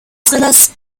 thrillers